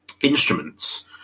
Instruments